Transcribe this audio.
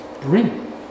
bring